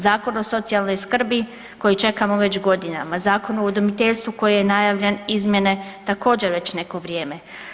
Zakon o socijalnoj skrbi koji čekamo već godinama, Zakon o udomiteljstvu koji je najavljen izmjene također već neko vrijeme.